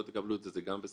לא תקבלו את זה זה גם בסדר.